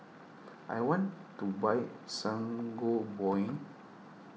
I want to buy Sangobion